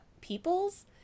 peoples